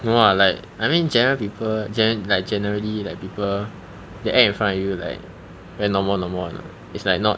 no lah like I mean general people gen~ like generally like people they act in front of you like very normal normal [one] lah it's like not